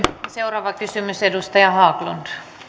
seuraava kysymys edustaja haglund